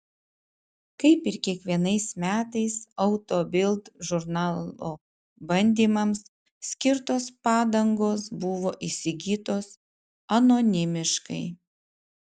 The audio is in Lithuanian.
kaip ir kiekvienais metais auto bild žurnalo bandymams skirtos padangos buvo įsigytos anonimiškai